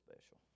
special